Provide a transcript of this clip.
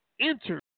enter